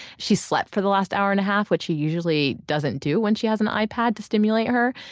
she slept for the last hour and a half, which she usually doesn't do when she has an ipad to stimulate her.